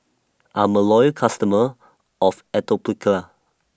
I'm A Loyal customer of Atopiclair